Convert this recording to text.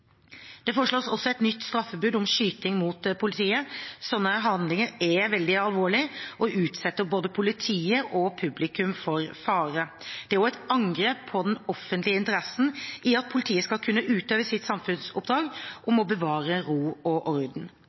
Det foreslås også et nytt straffebud om skyting mot politiet. Slike handlinger er veldig alvorlige og utsetter både politiet og publikum for fare. Det er også et angrep på den offentlige interessen i at politiet skal kunne utøve sitt samfunnsoppdrag om å bevare ro og orden.